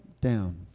down